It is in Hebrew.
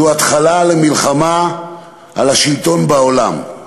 זו התחלה של מלחמה על השלטון בעולם,